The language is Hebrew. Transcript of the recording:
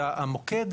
והמוקד,